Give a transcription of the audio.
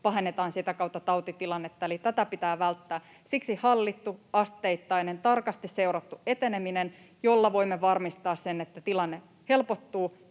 pahennetaan sitä kautta tautitilannetta, eli tätä pitää välttää — siksi hallittu, asteittainen, tarkasti seurattu eteneminen, jolla voimme varmistaa sen, että tilanne helpottuu,